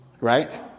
right